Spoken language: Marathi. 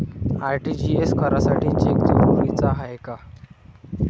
आर.टी.जी.एस करासाठी चेक जरुरीचा हाय काय?